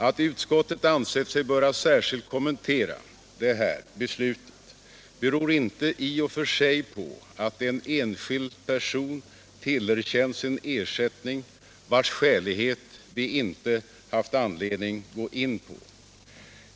Att utskottet har ansett sig särskilt böra kommentera detta beslut beror inte i och för sig på att en enskild person tillerkänns en ersättning vars skälighet vi inte haft anledning att gå in på.